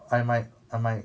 I might I might